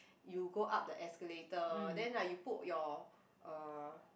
you go up the escalator then like you put your uh